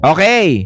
Okay